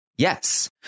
Yes